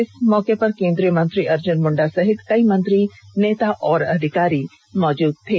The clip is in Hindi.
इस मौके केंद्रीय मंत्री अर्जुन मुंडा समेत कई मंत्री नेता और अधिकारी मौजूद थे